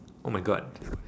oh my god